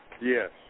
Yes